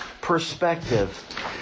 Perspective